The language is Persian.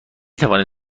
توانید